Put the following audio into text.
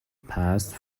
past